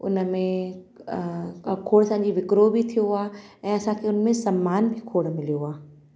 उन में खोड़ असांजी विकिणो बि थियो आहे ऐं असांखे उन में सम्मान बि खोड़ मिलियो आहे